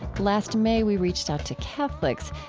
last may, we reached out to catholics,